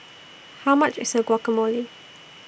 How much IS Guacamole